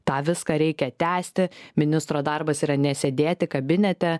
tą viską reikia tęsti ministro darbas yra nesėdėti kabinete